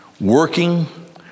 working